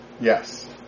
yes